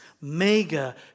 mega